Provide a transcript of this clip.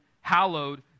hallowed